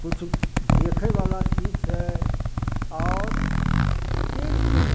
किछु देखै बला चीज छै आओर तीर्थ